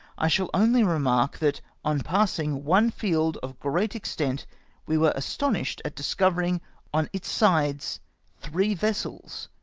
i shall only remark that on passing one field of great extent we were astonished at discoverino on its sides three vessels,